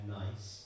nice